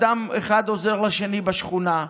אדם אחד עוזר לשני בשכונה,